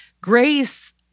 Grace